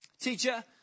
teacher